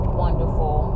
wonderful